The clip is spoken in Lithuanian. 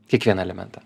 kiekvieną elementą